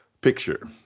picture